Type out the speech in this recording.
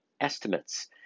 estimates